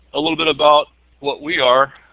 a little bit about what we are,